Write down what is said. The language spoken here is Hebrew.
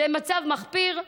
זה מצב מחפיר,